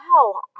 wow